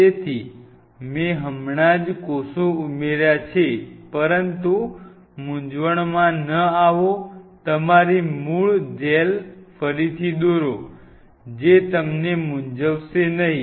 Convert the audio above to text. તેથી મેં હમણાં કોષો ઉમેર્યા છે પરંતુ મૂંઝવણમાં ન આવો તમારી મૂળ જેલ ફરીથી દોરો જે તમને મૂંઝવશે નહીં